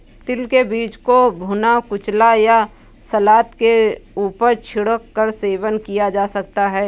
तिल के बीज को भुना, कुचला या सलाद के ऊपर छिड़क कर सेवन किया जा सकता है